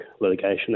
litigation